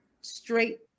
straight